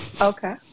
Okay